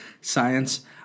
science